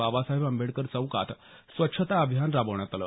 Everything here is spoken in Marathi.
बाबासाहेब आंबेडकर चौकात स्वच्छता अभियान राबवण्यात आलं